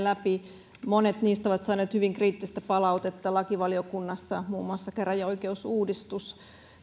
läpi mutta monet niistä ovat saaneet hyvin kriittistä palautetta lakivaliokunnassa muun muassa käräjäoikeusuudistus